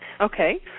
Okay